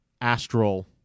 astral